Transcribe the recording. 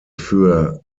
für